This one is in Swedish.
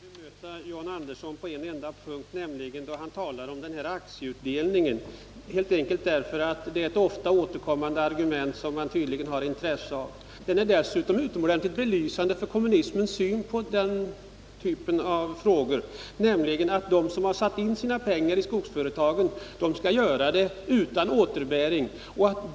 Fru talman! Jag vill bemöta John Andersson på en enda punkt, nämligen då han talar om aktieutdelningen. Det är ett ofta återkommande argument, som man tydligen har intresse av. Dessutom är det utomordentligt belysande för kommunismens syn på dessa frågor, nämligen att de som sätter in sina pengar i skogsföretag skall göra det utan krav på återbäring.